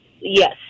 Yes